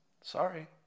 Sorry